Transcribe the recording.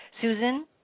Susan